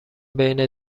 بین